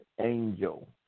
angel